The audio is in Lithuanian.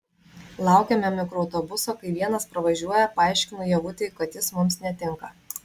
laukiame mikroautobuso kai vienas pravažiuoja paaiškinu ievutei kad jis mums netinka